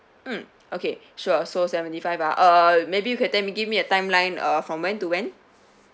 mm okay sure so seventy five ah uh maybe you can tell give me a timeline from when to when